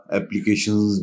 applications